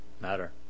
matter